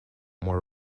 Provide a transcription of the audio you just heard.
more